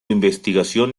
investigación